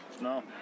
No